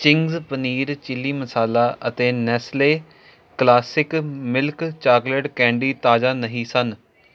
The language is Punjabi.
ਚਿੰਗਜ਼ ਪਨੀਰ ਚਿੱਲੀ ਮਸਾਲਾ ਅਤੇ Nestle classic milk chocolate candy ਤਾਜ਼ਾ ਨਹੀਂ ਸਨ